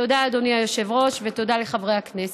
תודה, אדוני היושב-ראש, ותודה לחברי הכנסת.